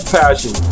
passion